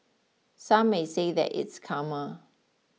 Some may say that it's karma